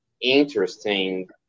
interesting